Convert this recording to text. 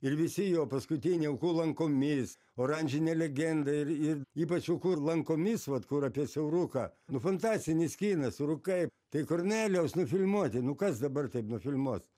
ir visi jo paskutiniai ūkų lankomis oranžinė legenda ir ir ypač ūku ir lankomis vat kur apie siauruką nu fantastinis kinas rūkai tai kornelijaus nufilmuoti nu kas dabar taip nufilmuos